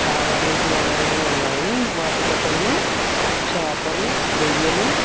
చాలా నీటి వనరులు ఉన్నాయి వాటిలో కొన్ని చేపలు రొయ్యలు